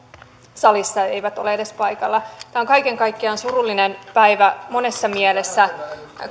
he eivät ole edes paikalla tämä on kaiken kaikkiaan surullinen päivä monessa mielessä